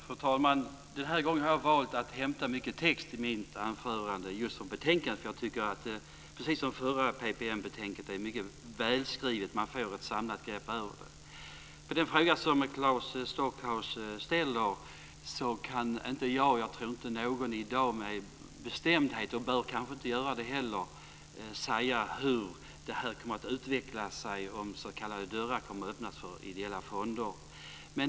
Fru talman! Den här gången har jag valt att hämta mycket text till mitt anförande från betänkandet. Precis som det förra PPM-betänkandet är det välskrivet. Man får ett samlat grepp över ämnet. På den fråga som Claes Stockhaus ställer kan inte jag, och inte någon annan, i dag med bestämdhet - och bör nog inte göra det heller - säga hur detta kommer att utvecklas, dvs. om dörrar kommer att öppnas för ideella fonder.